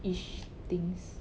ish things